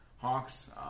Hawks